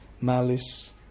malice